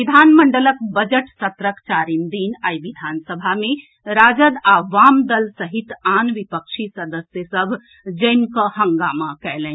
विधानमंडल बजट सत्रक चारिम दिन आइ विधानसभा मे राजद आ वाम दल सहित आन विपक्षी सदस्य सभ जमिकऽ हंगामा कयलनि